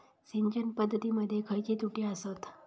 सिंचन पद्धती मध्ये खयचे त्रुटी आसत?